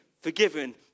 forgiven